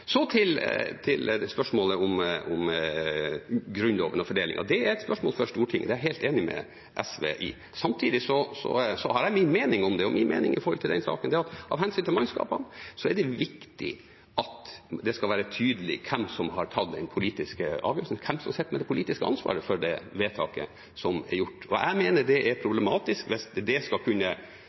så man kan ikke alltid kontre uenighet med mindre åpenhet. Til spørsmålet om Grunnloven og fordelingen: Det er et spørsmål for Stortinget. Det er jeg helt enig med SV i. Samtidig har jeg min mening om det, og min mening om den saken er at av hensyn til mannskapene er det viktig at det er tydelig hvem som har tatt den politiske avgjørelsen, hvem som sitter med det politiske ansvaret for det vedtaket som er gjort. Jeg mener det er problematisk hvis det skal kunne